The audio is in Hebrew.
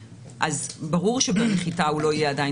אז ברור שבנחיתה הוא עדיין לא יהיה עדיין